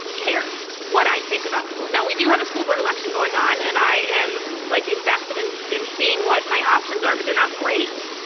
cares what i think about schools. now, we do have a school board election going on and i am like invested in in seeing what my options are, but they're not great.